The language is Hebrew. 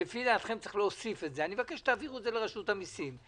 שלדעתכם צריך להוסיף את זה תעבירו את זה לרשות המיסם,